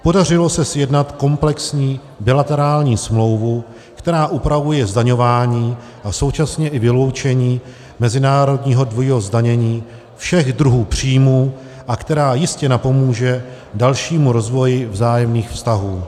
Podařilo se sjednat komplexní bilaterální smlouvu, která upravuje zdaňování a současně i vyloučení mezinárodního dvojího zdanění všech druhů příjmů a která jistě napomůže dalšímu rozvoji vzájemných vztahů.